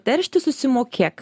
teršti susimokėk